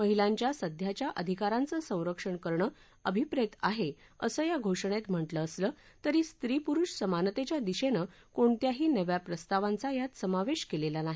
महिलांच्या सध्याच्या अधिकाराचं संरक्षण करणं अभिप्रेत आहे असं या घोषणेत म्हटलं असलं तरी स्वी पुरुष समानतेच्या दिशेनं कोणत्याही नव्या प्रस्तावांचा यात समावेश केलेला नाही